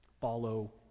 follow